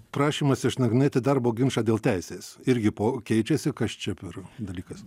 prašymas išnagrinėti darbo ginčą dėl teisės irgi po keičiasi kas čia per dalykas